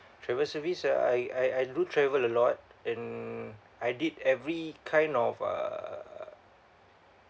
travel service ah I I I do travel a lot and I did every kind of uh